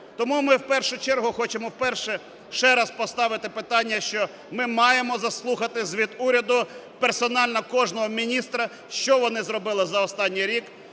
Тому ми в першу чергу хочемо – перше: ще раз поставити питання, що ми маємо заслухати звіт уряд, персонально кожного міністра, що вони зробили за останній рік.